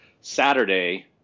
Saturday